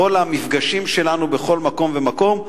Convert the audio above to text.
בכל המפגשים שלנו בכל מקום ומקום,